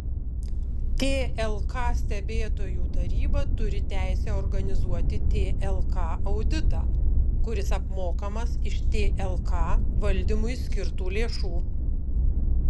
tlk stebėtojų taryba turi teisę organizuoti tlk auditą kuris apmokamas iš tlk valdymui skirtų lėšų